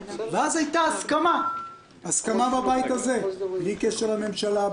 ואז הייתה הסכמה בבית הזה בלי קשר לממשלה,